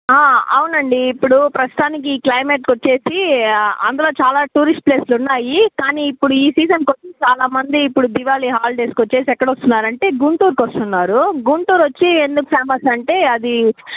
అవునండి ఇప్పుడూ ప్రస్తుతానికి ఈ క్లయిమేట్కు వచ్చేసి అందులో చాలా టూరిస్ట్ ప్లేసులు ఉన్నాయి కానీ ఇప్పుడు ఈ సీజన్కు వచ్చి చాలా మంది ఇప్పుడు దివాళీ హాలిడేస్కు వచ్చేసి ఎక్కడ వస్తున్నారంటే గుంటూరుకు వస్తున్నారు గుంటూరు వచ్చి ఎందుకు ఫేమస్ అంటే అదీ